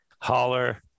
holler